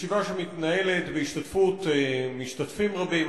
ישיבה שמתנהלת בהשתתפות משתתפים רבים,